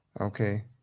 okay